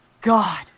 God